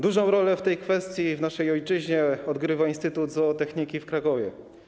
Dużą rolę w tej kwestii w naszej ojczyźnie odgrywa Instytut Zootechniki w Krakowie.